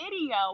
video